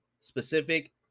specific